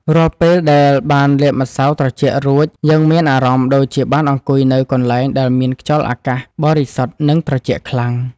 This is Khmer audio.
រាល់ពេលដែលបានលាបម្សៅត្រជាក់រួចយើងមានអារម្មណ៍ដូចជាបានអង្គុយនៅកន្លែងដែលមានខ្យល់អាកាសបរិសុទ្ធនិងត្រជាក់ខ្លាំង។